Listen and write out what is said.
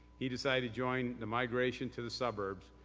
he decided to join the migration to the suburbs,